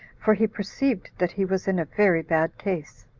for he perceived that he was in a very bad case.